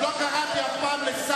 להוציא אותו בבקשה.